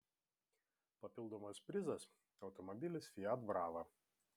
papildomas prizas automobilis fiat brava